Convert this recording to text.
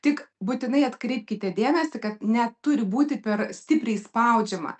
tik būtinai atkreipkite dėmesį kad neturi būti per stipriai spaudžiama